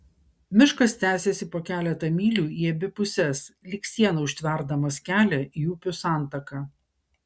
miškas tęsėsi po keletą mylių į abi puses lyg siena užtverdamas kelią į upių santaką